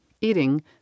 eating